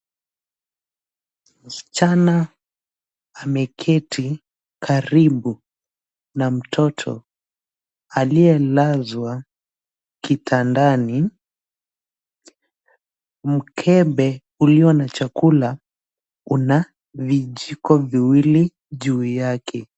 Msichana ameketi karibu na mtoto aliyelazwa kitandani. Mkebe ulio na chakula una vijiko viwili juu yake.